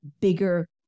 bigger